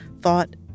thought